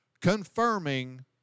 confirming